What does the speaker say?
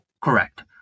Correct